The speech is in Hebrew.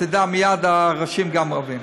תדע מייד, הראשים גם רבים.